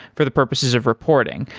for the purposes of reporting.